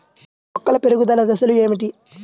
మొక్కల పెరుగుదల దశలు ఏమిటి?